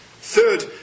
Third